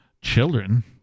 children